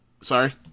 Sorry